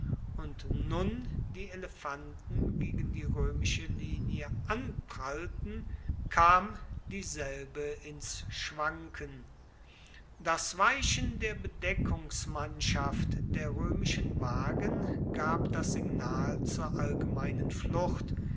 und nun die elefanten gegen die roemische linie anprallten kam dieselbe ins schwanken das weichen der bedeckungsmannschaft der roemischen wagen gab das signal zur allgemeinen flucht